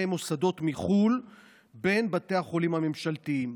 מוסדות מחו"ל בין בתי החולים הממשלתיים.